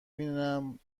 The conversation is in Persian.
بینم